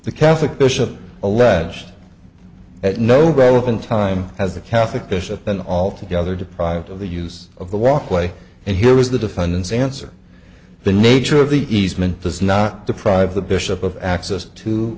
the catholic bishop alleged that no relevant time as a catholic bishop then altogether deprived of the use of the walkway and here is the defendant's answer the nature of the easement does not deprive the bishop of access to